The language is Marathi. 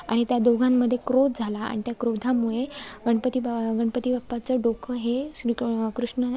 आणि त्या दोघांमध्ये क्रोध झाला आणि त्या क्रोधामुळे गणपती ब गणपती बाप्पाचं डोकं हे श्रीकृ कृष्ण